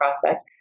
prospect